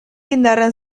indarrean